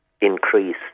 increase